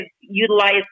utilize